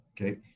okay